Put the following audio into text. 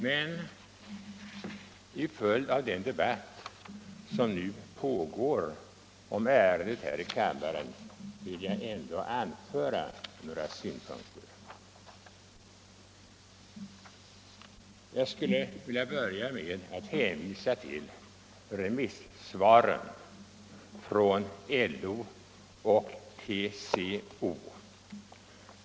Men till följd av den debatt som nu pågår om ärendet här i kammaren vill jag ändock anföra några synpunkter. Jag vill börja med att hänvisa till remissvaren från LO och TCO.